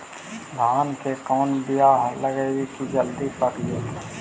धान के कोन बियाह लगइबै की जल्दी पक जितै?